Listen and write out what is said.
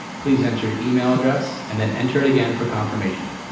please enter your email address and then enter it again for confirmation.